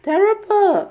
terrible